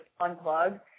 unplug